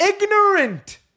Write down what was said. Ignorant